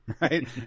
Right